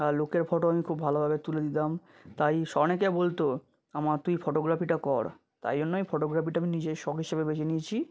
আর লোকের ফটো আমি খুব ভালোভাবে তুলে দিতাম তাই শ অনেকে বলতো আমার তুই ফটোগ্রাফিটা কর তাই জন্যই ফটোগ্রাফিটা আমি নিজের শখ হিসাবে বেছে নিয়েছি